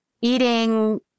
eating